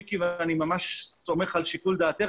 מיקי ואני ממש סומך על שיקול דעתך